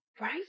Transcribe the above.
Right